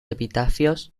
epitafios